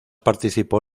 participó